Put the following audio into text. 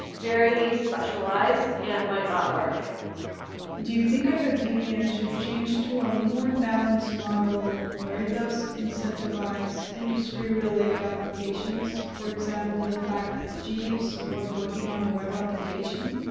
very specialized, and might not work do you think academia should change to a more balanced model where it does incentivize industry related applications? for example, the fact that jeeves was working on a web application?